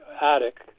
attic